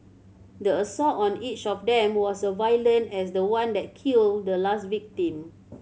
the assault on each of them was a violent as the one that killed the last victim